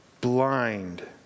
blind